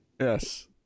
yes